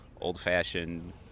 old-fashioned